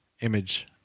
image